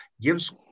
gives